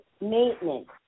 maintenance